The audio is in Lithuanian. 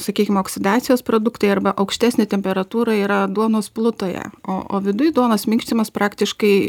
sakykim oksidacijos produktai arba aukštesnė temperatūra yra duonos plutoje o o viduj duonos minkštimas praktiškai